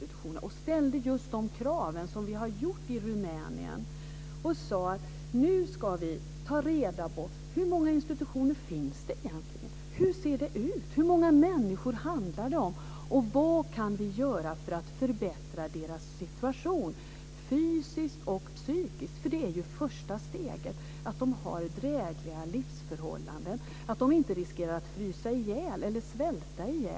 Jag skulle önska att man ställde just de krav som vi har gjort i fråga om Rumänien och sade att nu ska vi ta reda på hur många institutioner det egentligen finns. Hur ser det ut? Hur många människor handlar det om och vad kan vi göra för att förbättra deras situation fysiskt och psykiskt? Det är ju det första steget, att de har drägliga livsförhållanden och inte riskerar att frysa ihjäl eller svälta ihjäl.